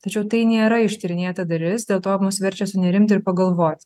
tačiau tai nėra ištyrinėta dalis dėl to mus verčia sunerimti ir pagalvoti